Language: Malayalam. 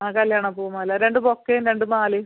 ആ കല്ല്യാണ പൂമാല രണ്ട് ബൊക്കയും രണ്ട് മാലയും